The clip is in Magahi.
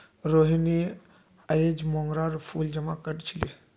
रोहिनी अयेज मोंगरार फूल जमा कर छीले